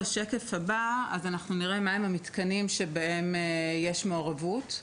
בשקף הבא אנחנו נראה מהם המתקנים שבהם יש מעורבות.